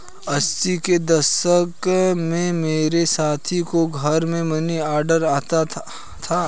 अस्सी के दशक में मेरे साथी को घर से मनीऑर्डर आता था